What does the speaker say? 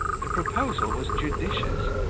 the proposal was judicious,